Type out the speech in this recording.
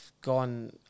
gone